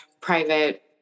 private